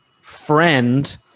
friend